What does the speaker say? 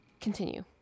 Continue